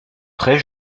très